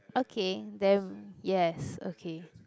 okay then yes okay